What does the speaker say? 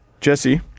Jesse